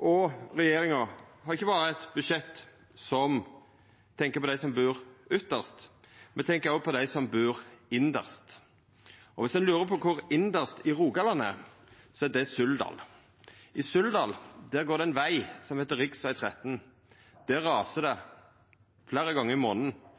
og regjeringa har ikkje berre eit budsjett som tenkjer på dei som bur ytst. Me tenkjer òg på dei som bur inst. Om ein lurer på kvar inst i Rogaland er, er det Suldal. I Suldal går det ein veg som heiter rv. 13. Der rasar det. Fleire gonger i månaden